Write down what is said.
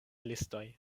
listoj